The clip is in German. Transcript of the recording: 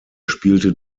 spielte